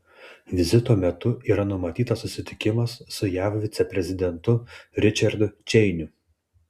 vizito metu yra numatytas susitikimas su jav viceprezidentu ričardu čeiniu